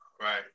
right